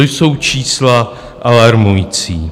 To jsou čísla alarmující.